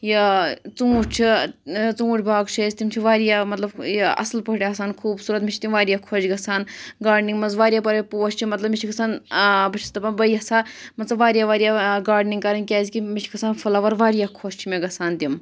یہِ ژوٗںٛٹھۍ چھُ ژوٗنٛٹھۍ باغ چھُ اَسہِ تِم چھِ واریاہ مطلب یہِ اَصٕل پٲٹھۍ آسان خوٗبصوٗرت مےٚ چھِ تِم واریاہ خۄش گژھان گاڈنِنٛگ منٛز واریاہ واریاہ پوش چھِ مطلب مےٚ چھِ گژھان بہٕ چھَس دَپان بہٕ یَژھٕ ہا مان ژٕ واریاہ واریاہ گاڈنِںٛگ کَرٕنۍ کیٛازِکہِ مےٚ چھِ گژھان فٕلاوَر واریاہ خۄش چھِ مےٚ گژھان تِم